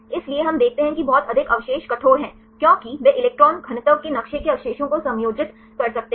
इसलिए हम देखते हैं कि बहुत अधिक अवशेष कठोर हैं क्योंकि वे इलेक्ट्रॉन घनत्व के नक्शे के अवशेषों को समायोजित कर सकते हैं